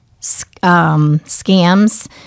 scams